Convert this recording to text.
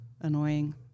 annoying